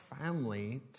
family